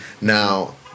Now